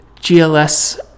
GLS